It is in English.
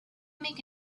make